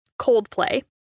Coldplay